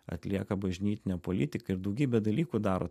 atlieka bažnytinę politiką ir daugybę dalykų daro